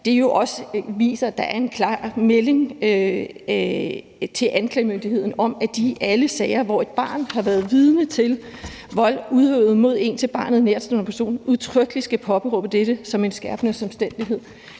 også viser, at der er en klar melding til anklagemyndigheden om, at de i alle sager, hvor et barn har været vidne til vold udøvet mod en til barnet nærtstående person, udtrykkeligt skal påberåbe dette som en skærpende omstændighed,